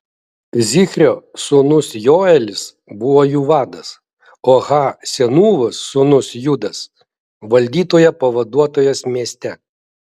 zichrio sūnus joelis buvo jų vadas o ha senūvos sūnus judas valdytojo pavaduotojas mieste